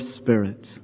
Spirit